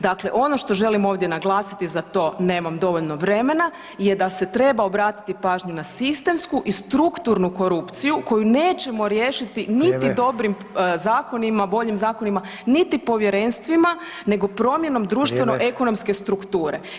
Dakle, ono što želim ovdje naglasiti za to nemam dovoljno vremena, je da se treba obratiti pažnju na sistemsku i strukturnu korupciju koju nećemo riješiti niti dobrim [[Upadica: Vrijeme.]] boljim zakonima, niti povjerenstvima, nego promjenom društveno [[Upadica: Vrijeme.]] ekonomske strukture.